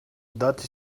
that